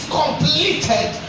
completed